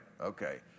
Okay